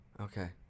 Okay